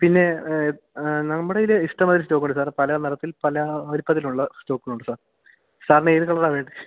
പിന്നെ നമ്മുടെ കയ്യില് ഇഷ്ടംപോലെ സ്റ്റോക്കുണ്ട് സാർ പല നിറത്തിൽ പല വലിപ്പത്തിലുള്ള സ്റ്റോക്കുകളുണ്ട് സാർ സാറിന് ഏത് കളറാണ് വേണ്ടത്